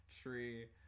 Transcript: tree